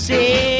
Say